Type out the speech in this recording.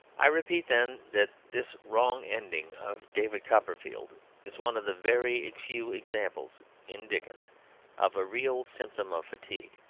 i repeat, then, that this wrong ending of david copperfield is one of the very few examples in dickens of a real symptom of fatigue.